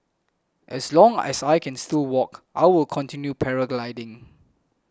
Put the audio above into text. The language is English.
as long as I can still walk I will continue paragliding